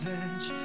edge